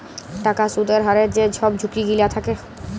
টাকার সুদের হারের যে ছব ঝুঁকি গিলা থ্যাকে